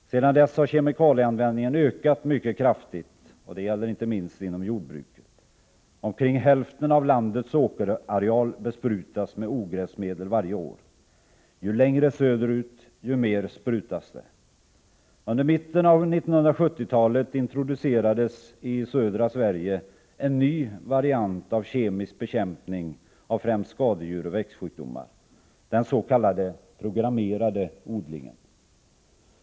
Sedan dess har kemikalieanvändningen ökat mycket kraftigt. Det gäller inte minst inom jordbruket. Omkring hälften av landets åkerareal besprutas med ogräsmedel varje år. Ju längre söderut, ju mer sprutas det. Under mitten av 1970-talet introducerades i södra Sverige en ny variant av kemisk bekämpning av främst skadedjur och växtsjukdomar, den s.k. programmerade odlingen.